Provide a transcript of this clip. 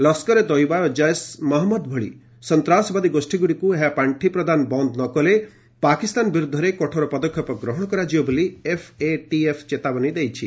ଲସ୍କରେ ତୟବା ଓ ଜୈସେ ମହମ୍ମଦ ଭଳି ସନ୍ତାସବାଦୀ ଗୋଷ୍ଠୀଗୁଡ଼ିକୁ ଏହା ପାର୍ଷି ପ୍ରଦାନ ବନ୍ଦ ନ କଲେ ପାକିସ୍ତାନ ବିରୁଦ୍ଧରେ କଠୋର ପଦକ୍ଷେପ ଗ୍ରହଣ କରାଯିବ ବୋଲି ଏଫ୍ଏଟିଏଫ୍ ଚେତାବନୀ ଦେଇଛି